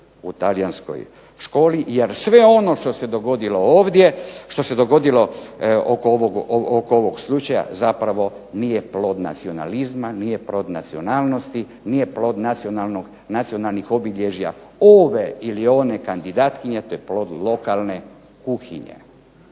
u talijanskoj školi, jer sve ono što se dogodilo ovdje, što se dogodilo oko ovog slučaja zapravo nije plod nacionalizma, nije plod nacionalnosti, nije plod nacionalnih obilježja ove ili one kandidatkinje, to je plod lokalne kuhinje,